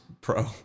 pro